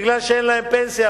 כי אין להם פנסיה,